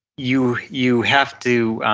you you have to